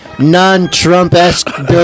non-Trump-esque